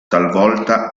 talvolta